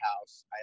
house